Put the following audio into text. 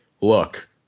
look